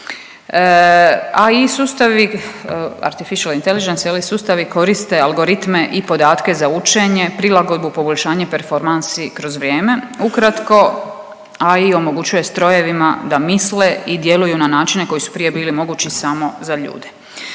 sustavi koriste algoritme i podatke za učenje, prilagodbu, poboljšanje performansi kroz vrijeme. Ukratko AI omogućuje strojevima da misle i djeluju na načine koji su prije bili mogući samo za ljude.